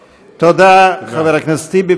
תודה, חבר הכנסת טיבי.